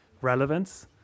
relevance